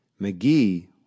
McGee